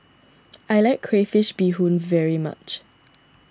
I like Crayfish BeeHoon very much